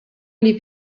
gli